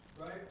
right